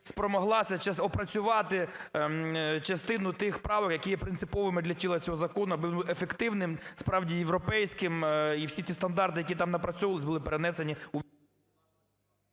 спромоглася опрацювати частину тих правок, які є принциповими для тіла цього закону, аби він був ефективним, справді європейським. І всі ті стандарти, які там напрацьовувались, були перенесені